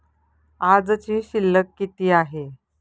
आजची शिल्लक किती आहे?